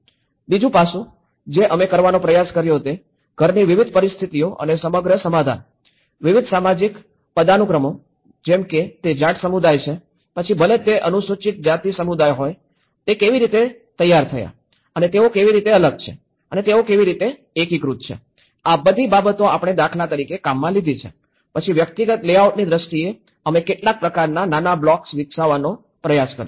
બીજું પાસું જે અમે કરવાનો પ્રયાસ કર્યો તે ઘરની વિવિધ પરિસ્થિતિઓ અને સમગ્ર સમાધાન વિવિધ સામાજિક પદાનુક્રમો જેમ કે તે જાટ સમુદાય છે પછી ભલે તે અનુસૂચિત જાતિ સમુદાય હોય તે કેવી રીતે તૈયાર થયા અને તેઓ કેવી રીતે અલગ છે અને તેઓ કેવી રીતે એકીકૃત છે આ બધી બાબતો આપણે દાખલા તરીકે કામમાં લીધી છે પછી વ્યક્તિગત લેઆઉટની દ્રષ્ટિએ અમે કેટલાક પ્રકારના નાના બ્લોક્સ બનાવવાનો પ્રયાસ કર્યો